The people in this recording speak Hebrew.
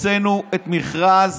הוצאנו את מכרז